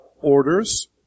orders